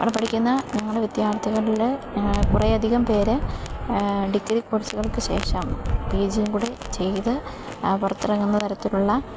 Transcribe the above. അവിടെ പഠിക്കുന്ന ഞങ്ങൾ വിദ്യാർത്ഥികളിൽ കുറേയധികം പേര് ഡിഗ്രി കോഴ്സുകൾക്കു ശേഷം പി ജിയും കൂടി ചെയ്ത് പുറത്തിറങ്ങുന്ന തരത്തിലുള്ള